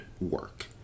work